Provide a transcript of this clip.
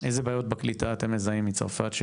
איזה בעיות בקליטה אתם מזהים מצרפת?